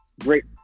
Great